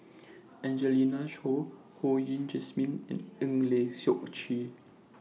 Angelina Choy Ho Yen Wah Jesmine and Eng Lee Seok Chee